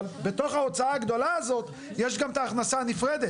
אבל בתוך ההוצאה הגדולה הזאת יש גם את ההכנסה הנפרדת.